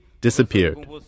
Disappeared